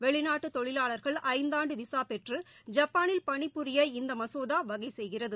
வெளிநாட்டு தொழிலாளர்கள் ஐந்தாண்டு விசா பெற்று ஐப்பாளில் பணி புரிய இந்த மசோதா வகை செய்கிறது